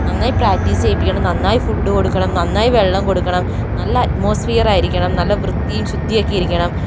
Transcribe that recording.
നന്നായി പ്രാക്ടീസ് ചെയ്യിപ്പിക്കണം നന്നായി ഫുഡ് കൊടുക്കണം നന്നായി വെള്ളം കൊടുക്കണം നല്ല അറ്റ്മോസ്ഫിയർ ആയിരിക്കണം നല്ല വൃത്തിയും ശുദ്ധിയൊക്കെ ഇരിക്കണം